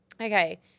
Okay